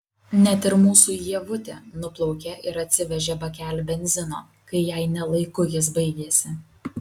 net ir mūsų ievutė nuplaukė ir atsivežė bakelį benzino kai jai ne laiku jis baigėsi